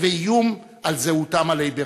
ואיום על זהותם הליברלית.